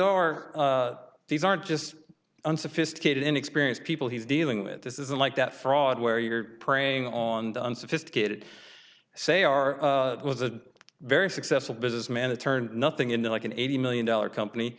are these aren't just unsophisticated inexperienced people he's dealing with this isn't like that fraud where you're preying on the unsophisticated say our was a very successful businessman it turned nothing in the like an eighty million dollar company